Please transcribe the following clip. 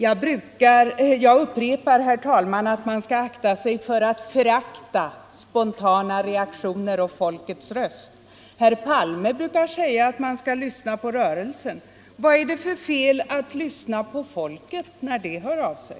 Jag upprepar, herr talman, att man skall akta sig för att förakta spontana reaktioner och folkets röst. Herr Palme brukar säga att man skall lyssna på rörelsen. Vad är det för fel att lyssna på folket när det hör av sig?